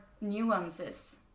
nuances